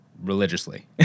religiously